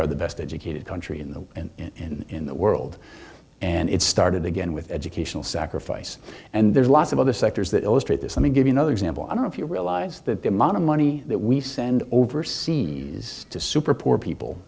are the best educated country in the and in the world and it started again with educational sacrifice and there's lots of other sectors that illustrate this let me give you another example i don't know if you realize that the amount of money that we send overseas to super poor